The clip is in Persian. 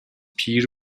پیر